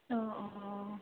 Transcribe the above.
অঁ অঁ